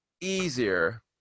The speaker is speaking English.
easier